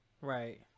Right